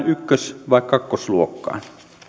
yksi vai luokkaan toisen